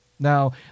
Now